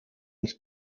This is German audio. uns